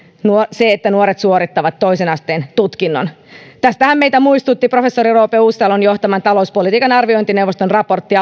se että nuoret suorittavat toisen asteen tutkinnon tästähän meitä muistutti alkuvuodesta professori roope uusitalon johtaman talouspolitiikan arviointineuvoston raportti